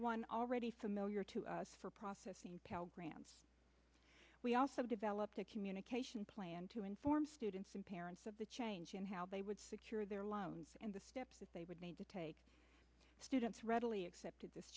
one already familiar to us for processing pell grants we also developed a communication plan to inform students and parents of the change in how they would secure their loans and the steps that they would need to take students readily accepted this